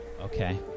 Okay